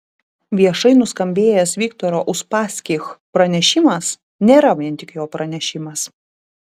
viešai nuskambėjęs viktoro uspaskich pranešimas nėra vien tik jo pranešimas